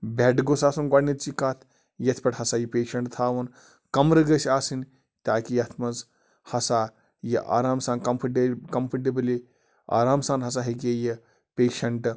بٮ۪ڈ گوٚژھ آسُن گۄڈٕنِچی کَتھ یَتھ پٮ۪ٹھ ہَسا یہِ پیشنٛٹ تھاوُن کَمرٕ گٔژھۍ آسٕنۍ تاکہِ یَتھ منٛز ہَسا یہِ آرام سان کَمفٕٹِبلی آرام سان ہَسا ہیٚکہِ یہِ پیشنٛٹ